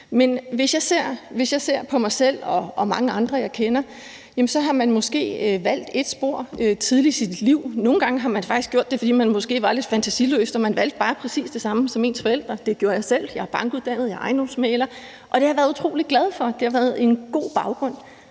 Men hvis jeg ser på mig selv og mange andre, jeg kender, så har man måske valgt ét spor tidligt i sit liv. Nogle gange har man faktisk gjort det, fordi man måske var lidt fantasiløs, og man valgte bare præcis det samme som sine forældre. Det gjorde jeg selv. Jeg er bankuddannet, jeg er ejendomsmægler, og det har jeg været utrolig glad for. Det har været en god baggrund.